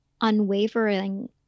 unwavering